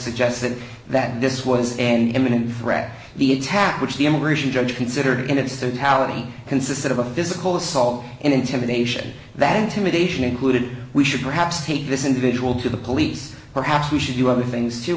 suggested that this was an imminent threat the attack which the immigration judge considered in its totality consisted of a physical assault and intimidation that intimidation included we should perhaps take this individual to the police perhaps we should do other things to